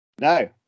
No